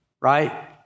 right